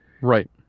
right